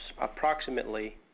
approximately